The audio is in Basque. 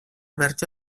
bertso